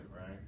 right